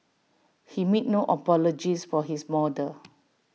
he makes no apologies for his model